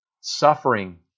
suffering